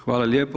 Hvala lijepo.